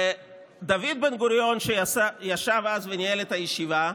דוד בן-גוריון, שישב אז וניהל את הישיבה,